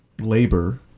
labor